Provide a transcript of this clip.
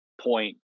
point